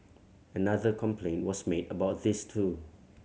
another complaint was made about this too